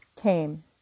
came